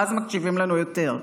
ואז מקשיבים לנו יותר.